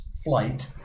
flight